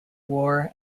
war